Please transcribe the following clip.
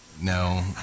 no